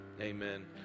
amen